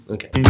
Okay